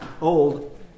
Old